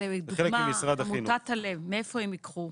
לדוגמת עמותת על"ה, מאיפה הם ייקחו?